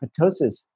apoptosis